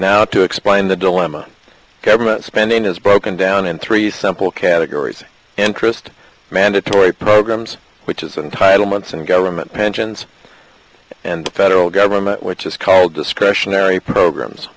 now to explain the dilemma government spending has broken down in three simple categories interest mandatory programs which is entitle months and government pensions and the federal government which is called discretionary programs